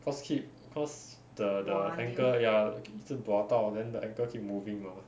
cause keep cause the the ankle ya 一直 bua 到 then the ankle keep moving lor